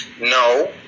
No